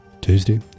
Tuesday